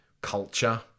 culture